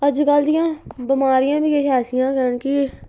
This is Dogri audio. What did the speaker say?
अजकल्ल दियां बमारियां बी किश ऐसियां गै हैन कि